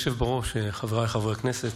אדוני היושב בראש, חבריי חברי הכנסת,